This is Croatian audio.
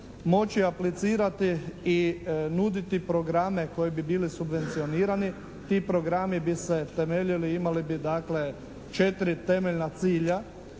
moći aplicirati i nuditi programe koji bi bili subvencionirani. Ti programi bi se temeljili, imali bi dakle četiri temeljna cilja.